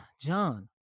John